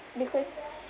because